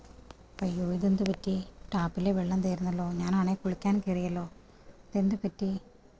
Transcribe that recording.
അയ്യോ ഇതെന്തു പറ്റി ടാപ്പിലെ വെള്ളം തീര്ന്നല്ലോ ഞാനാണേ കുളിക്കാന് കയറിയല്ലോ എന്തുപറ്റി